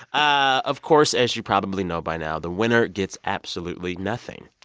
of course, as you probably know by now, the winner gets absolutely nothing